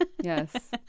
yes